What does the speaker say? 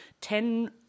Ten